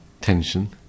tension